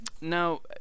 now